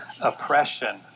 oppression